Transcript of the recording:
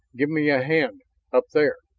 give me a hand up there.